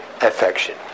affection